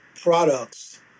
products